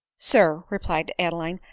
sir, replied adeline,